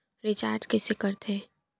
Recharge कइसे कर थे?